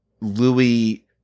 Louis